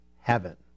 Heaven